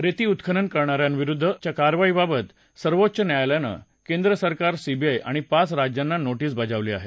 रेती उत्खनन करणा यांविरुद्धच्या कारवाईबाबत सर्वोच्च न्यायालयानं केंद्रसरकार सीबीआय आणि पाच राज्यांना नोटीस बजावली आहे